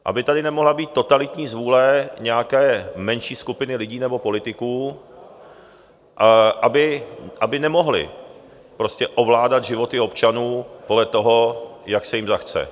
Aby tady nemohla být totalitní zvůle nějaké menší skupiny lidí nebo politiků, aby nemohli prostě ovládat životy občanů podle toho, jak se jim zachce.